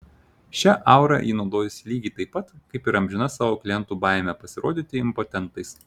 šia aura ji naudojosi lygiai taip pat kaip ir amžina savo klientų baime pasirodyti impotentais